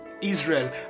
Israel